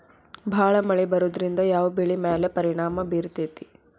ಭಾಳ ಮಳಿ ಬರೋದ್ರಿಂದ ಯಾವ್ ಬೆಳಿ ಮ್ಯಾಲ್ ಪರಿಣಾಮ ಬಿರತೇತಿ?